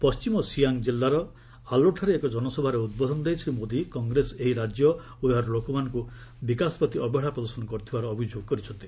ପଣ୍ଢିମ ସିଆଙ୍ଗ୍ କିଲ୍କାର ଆଲୋଠାରେ ଏକ ଜନସଭାରେ ଉଦ୍ବୋଧନ ଦେଇ ଶ୍ରୀ ମୋଦି କଂଗ୍ରେସ ଏହି ରାଜ୍ୟ ଓ ଏହାର ଲୋକମାନଙ୍କ ବିକାଶ ପ୍ରତି ଅବହେଳା ପ୍ରଦର୍ଶନ କରିଥିବାର ଅଭିଯୋଗ କରିଛନ୍ତି